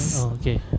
Okay